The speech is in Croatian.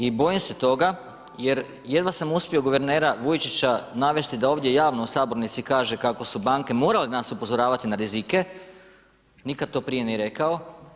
I bojim se toga, jer jedva sam uspio guvernera Vujčića navesti da ovdje javno u sabornici kaže kako su banke morale nas upozoravati na rizike, nikada to prije nije rekao.